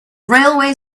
railway